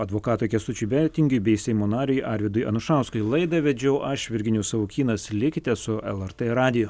advokatui kęstučiui betingiui bei seimo nariui arvydui anušauskui laidą vedžiau aš virginijus savukynas likite su elartė radiju